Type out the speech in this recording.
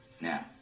Now